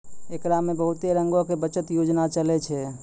एकरा मे बहुते रंगो के बचत योजना चलै छै